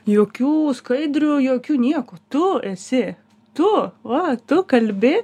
jokių skaidrių jokių nieko tu esi tu va tu kalbi